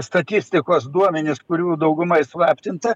statistikos duomenis kurių dauguma įslaptinta